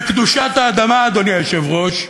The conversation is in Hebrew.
בקדושת האדמה, אדוני היושב-ראש,